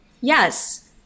Yes